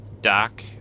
Doc